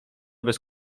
bez